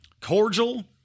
cordial